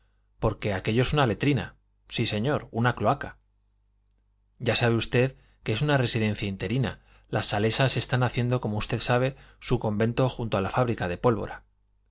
porque aquello es una letrina sí señor una cloaca ya sabe usted que es una residencia interina las salesas están haciendo como usted sabe su convento junto a la fábrica de pólvora